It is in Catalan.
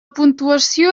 puntuació